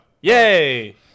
Yay